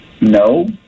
no